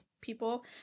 people